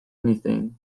anything